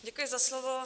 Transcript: Děkuji za slovo.